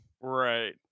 Right